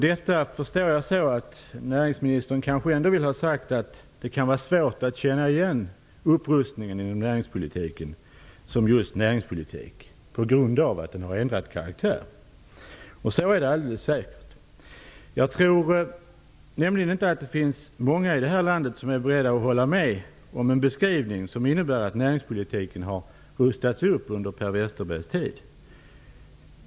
Detta tolkar jag så att näringsministern kanske ändå ville ha sagt att det kan vara svårt att känna igen upprustningen i näringspolitiken som just näringspolitik på grund av att den har ändrat karaktär. Så är det alldeles säkert. Jag tror nämligen inte att det finns många i det här landet som är beredda att hålla med om den beskrivning som innebär att näringspolitiken har rustats upp under Per Westerbergs tid.